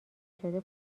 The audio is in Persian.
شده